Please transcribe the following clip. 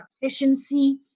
efficiency